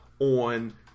On